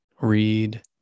read